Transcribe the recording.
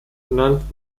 benannt